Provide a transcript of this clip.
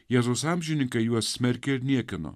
jėzaus amžininkai juos smerkė ir niekino